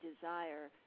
desire